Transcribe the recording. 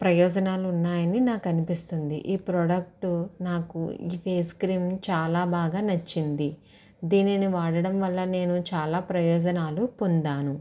ప్రయోజనాలున్నాయని నాకనిపిస్తుంది ఈ ప్రోడక్టు నాకు ఈ పేస్ క్రీమ్ చాలా బాగా నచ్చింది దీనిని వాడడం వల్ల నేను చాలా ప్రయోజనాలు పొందాను